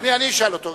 אני אשאל אותו.